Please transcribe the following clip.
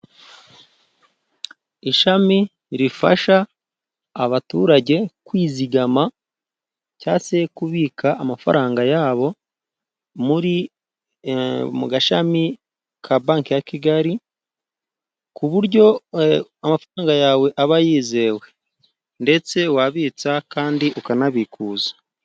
Ishami rifasha abaturage kwizigama, cyangwa se kubika amafaranga yabo mu gashami ka banki ya Kigali ,ku buryo amafaranga yawe aba yizewe ,ndetse wabitsa kandi ukanabikuza.